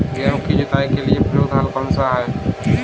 गेहूँ की जुताई के लिए प्रयुक्त हल कौनसा है?